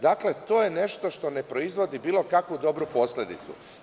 Dakle, to je nešto što ne proizvodi bilo kakvu dobru posledicu.